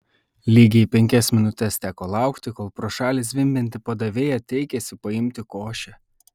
lygiai penkias minutes teko laukti kol pro šalį zvimbianti padavėja teikėsi paimti košę